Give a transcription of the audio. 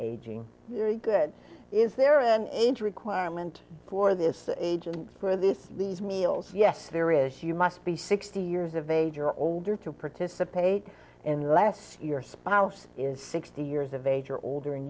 very good is there an age requirement for this age and for this these meals yes there is you must be sixty years of age or older to participate in the last your spouse is sixty years of age or older and